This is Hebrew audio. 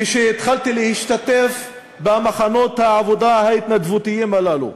כשהתחלתי להשתתף במחנות העבודה ההתנדבותיים הללו.